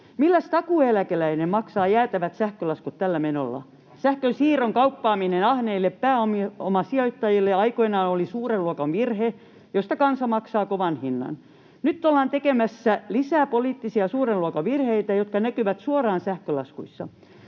Milläs takuueläkeläinen maksaa jäätävät sähkölaskut tällä menolla? Sähkönsiirron kauppaaminen ahneille pääomasijoittajille aikoinaan oli suuren luokan virhe, josta kansa maksaa kovan hinnan. Nyt ollaan tekemässä lisää poliittisia suuren luokan virheitä, jotka näkyvät suoraan sähkölaskuissa.